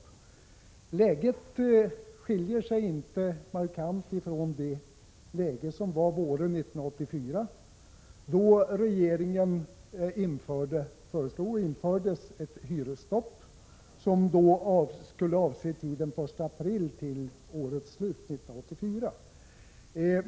Det nuvarande läget skiljer sig inte markant från läget våren 1984, då regeringen föreslog och riksdagen fattade beslut om ett hyresstopp som skulle avse tiden från den 1 april till årets slut 1984.